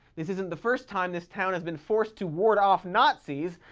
this isn't the first time this town has been forced to ward off nazis,